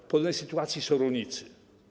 W podobnej sytuacji są rolnicy.